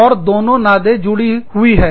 और दोनों नादे जुड़ी हुई हैं